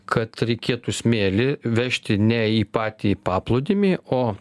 kad reikėtų smėlį vežti ne į patį paplūdimį o